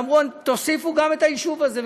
אמרו: תוסיפו גם את היישוב הזה,